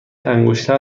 انگشتر